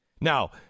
Now